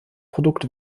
produkt